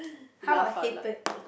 how about hated